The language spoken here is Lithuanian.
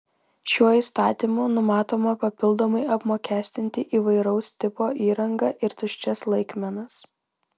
šiuo įstatymu numatoma papildomai apmokestinti įvairaus tipo įrangą ir tuščias laikmenas